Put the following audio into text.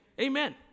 Amen